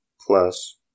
plus